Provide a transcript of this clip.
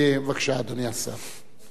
בבקשה, אדוני השר.